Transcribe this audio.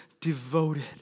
devoted